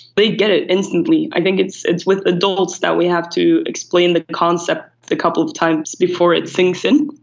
they get it instantly. i think it's it's with adults that we have to explain the concept a couple of times before it sinks in.